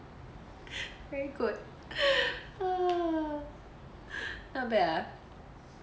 very good ah not bad ah